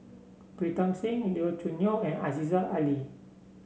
Pritam Singh Lee Choo Neo and Aziza Ali